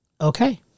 Okay